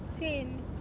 same